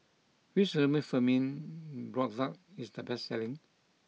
which Remifemin product is the best selling